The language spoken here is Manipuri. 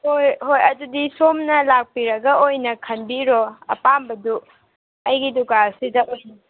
ꯍꯣꯏ ꯍꯣꯏ ꯑꯗꯨꯗꯤ ꯁꯣꯝꯅ ꯂꯥꯛꯄꯤꯔꯒ ꯑꯣꯏꯅ ꯈꯟꯕꯤꯔꯣ ꯑꯄꯥꯝꯕꯗꯨ ꯑꯩꯒꯤ ꯗꯨꯀꯥꯟꯁꯤꯗ ꯑꯣꯏꯅ